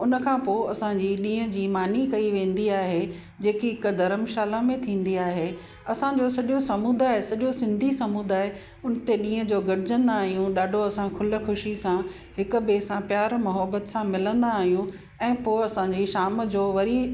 उन खां पोइ असांजी ॾींहं जी मानी कई वेंदी आहे जेकी हिकु धर्मशाला में थींदी आहे असांजो सॼो समुदाय सॼो सिंधी समुदाय उन ते ॾींहं जो गॾिजंदा आहियूं ॾाढो असां खुल ख़ुशी सां हिकु ॿिए सां प्यार महिबत सां मिलंदा आहियूं ऐं पोइ असांजी शाम जो वरी